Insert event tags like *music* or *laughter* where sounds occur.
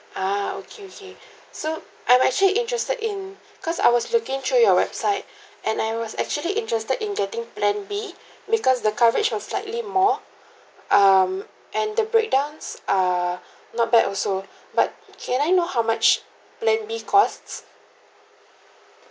ah okay okay so I'm actually interested in because I was looking through your website *breath* and I was actually interested in getting plan B because the coverage was slightly more um and the breakdowns err not bad also but can I know how much plan B cost